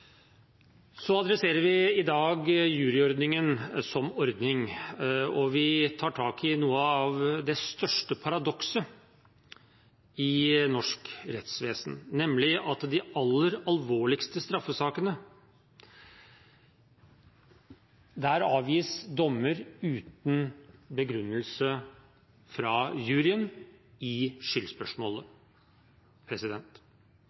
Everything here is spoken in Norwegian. Så tar vi i dag tak i juryordningen som ordning, og vi tar tak i noe av det største paradokset i norsk rettsvesen, nemlig at i de aller alvorligste straffesakene avsies dommer uten begrunnelse fra juryen når det gjelder skyldspørsmålet. Det er ulike syn på dette i